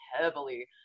heavily